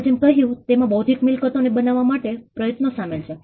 આપણે જેમ કહ્યું કે તેમાં બૌદ્ધિક મિલકતો ને બનાવવા માટે પ્રયત્નો સામેલ છે